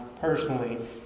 personally